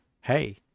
hey